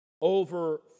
over